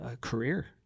career